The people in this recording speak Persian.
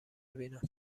بیینم